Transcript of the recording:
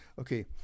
Okay